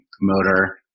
motor